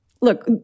Look